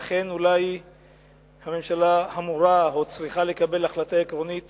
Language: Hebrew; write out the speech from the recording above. אכן אולי הממשלה אמורה או צריכה לקבל החלטה עקרונית